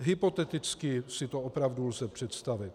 Hypoteticky si to opravdu lze představit.